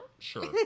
Sure